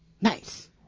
Nice